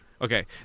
Okay